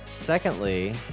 secondly